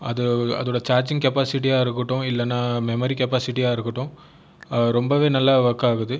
அது அதோடய சார்ஜிங் கேப்பாசிட்டியாக இருக்கட்டும் இல்லைனா மெமரி கேப்பாசிட்டியாக இருக்கட்டும் ரொம்பவே நல்லா ஒர்க் ஆகுது